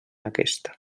aquesta